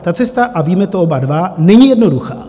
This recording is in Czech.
Ta cesta a víme to oba dva není jednoduchá.